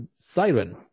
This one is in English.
siren